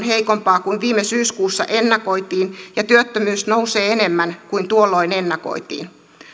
heikompaa kuin viime syyskuussa ennakoitiin ja työttömyys nousee enemmän kuin tuolloin ennakoitiin